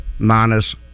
minus